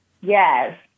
Yes